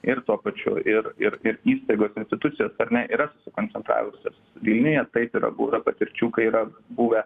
ir tuo pačiu ir ir ir įstaigos institucijos ar ne yra susikoncentravusios vilniuje taip yra buvę patirčių kai yra buvę